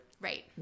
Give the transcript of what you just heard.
Right